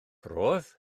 roedd